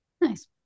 Nice